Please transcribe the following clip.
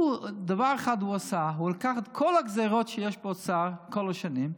דבר אחד הוא עשה: הוא לקח את כל הגזרות שיש באוצר כל השנים,